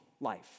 life